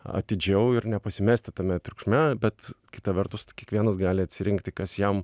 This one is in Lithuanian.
atidžiau ir nepasimesti tame triukšme bet kita vertus tai kiekvienas gali atsirinkti kas jam